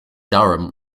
durham